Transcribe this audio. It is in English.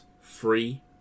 free